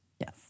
yes